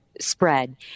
spread